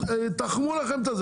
תחמו לכם את הזמן,